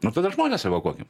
nu tada žmones evakuokim